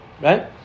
right